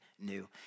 new